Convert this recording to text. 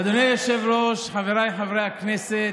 אדוני היושב-ראש, חבריי חברי הכנסת,